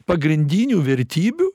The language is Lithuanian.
pagrindinių vertybių